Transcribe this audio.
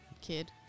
Kid